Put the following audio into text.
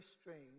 strange